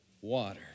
water